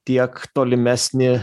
tiek tolimesnį